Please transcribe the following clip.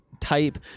type